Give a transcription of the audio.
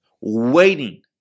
Waiting